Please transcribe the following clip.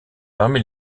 parmi